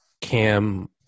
Cam